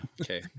Okay